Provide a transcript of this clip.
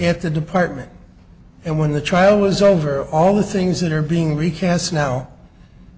at the department and when the trial was over all the things that are being recast now